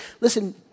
listen